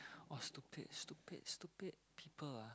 what stupid stupid stupid people ah